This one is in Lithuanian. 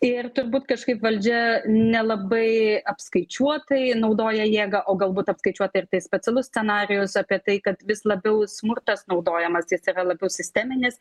ir turbūt kažkaip valdžia nelabai apskaičiuotai naudoja jėgą o galbūt apskaičiuota ir tai specialus scenarijus apie tai kad vis labiau smurtas naudojamas jis yra labiau sisteminis